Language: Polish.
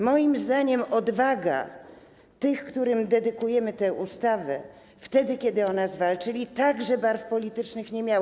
Moim zdaniem odwaga tych, którym dedykujemy tę ustawę, wtedy kiedy o nas walczyli, także barw politycznych nie miała.